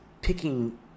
picking